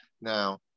Now